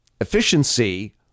efficiency